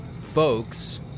folks